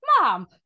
mom